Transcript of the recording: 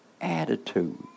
attitude